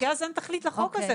כי אז אין תכלית לחוק הזה,